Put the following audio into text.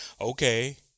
okay